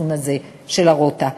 החיסון הזה נגד ה"רוטה".